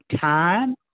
time